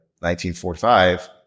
1945